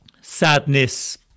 Sadness